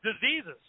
diseases